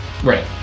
Right